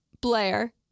Blair